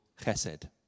chesed